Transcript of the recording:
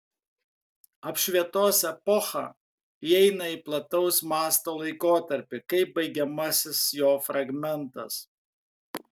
apšvietos epocha įeina į plataus masto laikotarpį kaip baigiamasis jo fragmentas